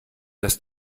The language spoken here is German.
das